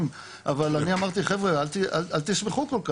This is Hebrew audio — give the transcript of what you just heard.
אבל אני אמרתי חבר'ה אל תשמחו כל כך,